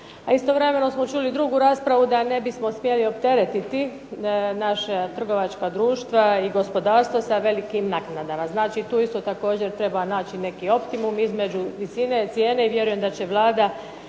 istovremeno smo čuli drugu raspravu da ne bismo smjeli opteretiti naša trgovačka društva i gospodarstvo sa velikim naknadama. Znači tu isto također treba naći neki optimum između visine cijene. I vjerujem da će Vlada